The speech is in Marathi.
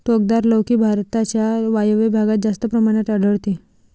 टोकदार लौकी भारताच्या वायव्य भागात जास्त प्रमाणात आढळते